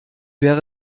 wäre